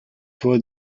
for